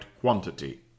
quantity